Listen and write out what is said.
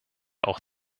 auch